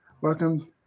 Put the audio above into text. welcome